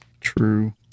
True